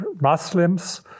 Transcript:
Muslims